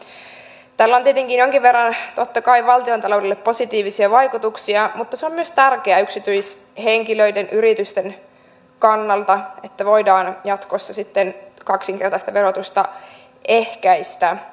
tällä on tietenkin jonkin verran totta kai valtiontaloudelle positiivisia vaikutuksia mutta se on myös tärkeää yksityishenkilöiden ja yritysten kannalta että voidaan sitten jatkossa kaksinkertaista verotusta ehkäistä